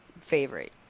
favorite